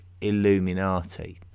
Illuminati